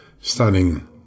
stunning